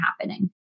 happening